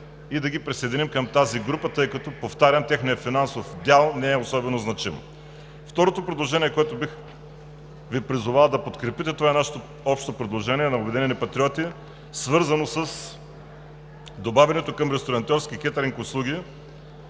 и да ги присъединим към тази група, тъй като, повтарям, техният финансов дял не е особено значим. Второто предложение, което бих Ви призовал да подкрепите, това е нашето общо предложение – на „Обединени патриоти“, свързано с добавянето към ресторантьорски кетъринг услуги